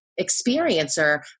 experiencer